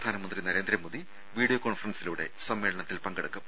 പ്രധാനമന്ത്രി നരേന്ദ്രമോദി വീഡിയോ കോൺഫറൻസിലൂടെ സമ്മേളനത്തിൽ പങ്കെടുക്കും